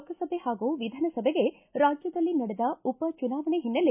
ಲೋಕಸಭೆ ಹಾಗೂ ವಿಧಾನಸಭೆಗೆ ರಾಜ್ಯದಲ್ಲಿ ನಡೆದ ಉಪ ಚುನಾವಣೆ ಹಿನ್ನೆಲೆ